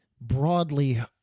broadly